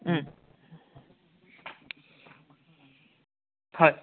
ওম হয়